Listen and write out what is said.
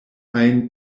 ajn